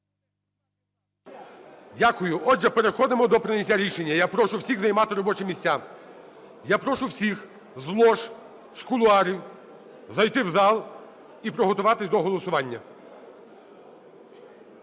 Дякую. Отже, переходимо до прийняття рішення. Я прошу всіх займати робочі місця. Я прошу всіх з лож, з кулуарів зайти в зал і приготуватись до голосування.